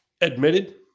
admitted